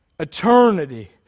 Eternity